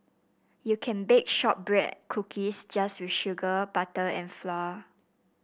you can bake shortbread cookies just with sugar butter and flour